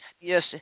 yes